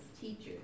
teachers